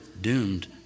doomed